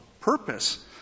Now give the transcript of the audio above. purpose